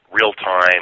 real-time